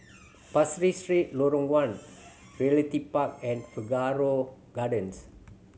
Pasir Ris Street Lorong One Realty Park and Figaro Gardens